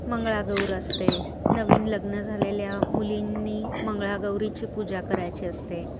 मंगळागौर असते नवीन लग्न झालेल्या मुलींनी मंगळागौरीची पूजा करायची असते